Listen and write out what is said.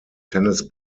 tennis